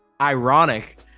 ironic